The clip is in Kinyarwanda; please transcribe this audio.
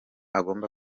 agomba